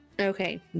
Okay